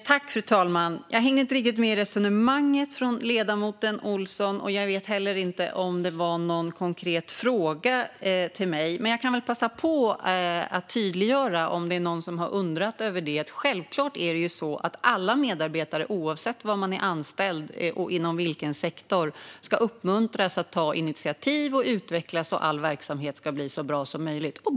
Fru talman! Jag hängde inte riktigt med i ledamotens Olssons resonemang, och jag vet inte om det ställdes någon konkret fråga till mig. Men jag kan passa på att tydliggöra om det är någon som undrar: Självklart ska alla medarbetare oavsett var och inom vilken sektor de är anställda uppmuntras att ta initiativ och utvecklas så att all verksamhet blir så bra som möjligt.